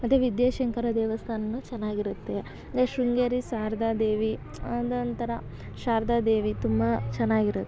ಮತ್ತು ವಿದ್ಯಾಶಂಕರ ದೇವಸ್ಥಾನವೂ ಚೆನ್ನಾಗಿರುತ್ತೆ ಇನ್ನು ಶೃಂಗೇರಿ ಶಾರ್ದಾ ದೇವಿ ಅದೊಂದು ಥರ ಶಾರದಾ ದೇವಿ ತುಂಬ ಚೆನ್ನಾಗಿರುತ್ತೆ